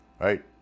right